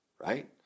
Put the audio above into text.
right